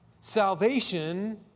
salvation